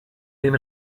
den